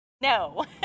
No